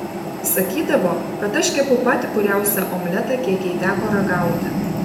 sakydavo kad aš kepu patį puriausią omletą kiek jai teko ragauti